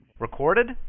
Recorded